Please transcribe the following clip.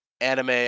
anime